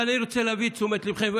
אבל אני רוצה להביא לתשומת ליבכם,